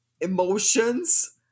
emotions